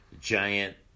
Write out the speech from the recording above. giant